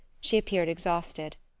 she appeared exhausted.